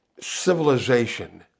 civilization